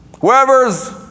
Whoever's